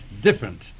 different